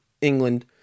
England